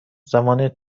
زمان